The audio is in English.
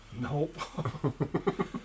Nope